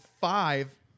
five